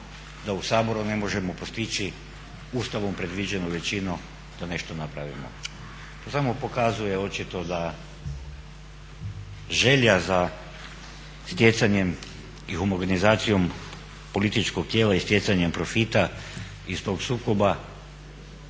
da u Saboru ne možemo postići Ustavom predviđenu većinu da nešto napravimo. To samo pokazuje očito da želja za stjecanjem i homogenizacijom političkog tijela i stjecanjem profita iz tog sukoba